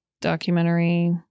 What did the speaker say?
documentary